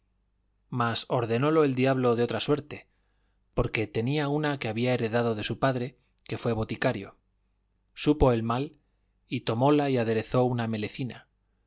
mas ordenólo el diablo de otra suerte porque tenía una que había heredado de su padre que fue boticario supo el mal y tomóla y aderezó una melecina